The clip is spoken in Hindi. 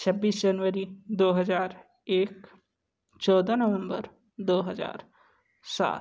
छब्बीस जनवरी दो हज़ार एक चौदह नवम्बर दो हज़ार सात